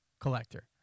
collector